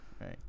Right